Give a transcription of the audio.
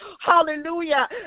Hallelujah